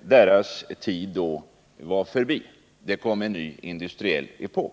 deras tid då var förbi. Det kom en ny, industriell epok.